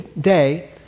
day